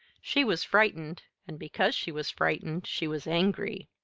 she was frightened and because she was frightened she was angry.